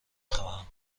خواهم